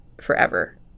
forever